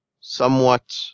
somewhat